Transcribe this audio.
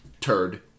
turd